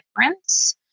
difference